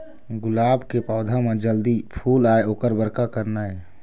गुलाब के पौधा म जल्दी फूल आय ओकर बर का करना ये?